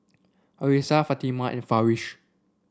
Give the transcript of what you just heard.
Arissa Fatimah and Farish